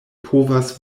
povas